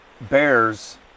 bears